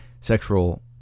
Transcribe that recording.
Sexual